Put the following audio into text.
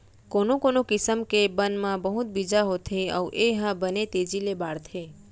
कोनो कोनो किसम के बन म बहुत बीजा होथे अउ ए ह बने तेजी ले बाढ़थे